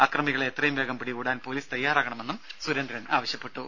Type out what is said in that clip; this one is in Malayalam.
അക്രമികളെ എത്രയും വേഗം പിടികൂടാൻ പൊലീസ് തയാറാകണമെന്നും സുരേന്ദ്രൻ ആവശ്യപ്പെട്ടു